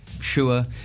sure